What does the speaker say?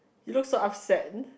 you look so upset